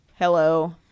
Hello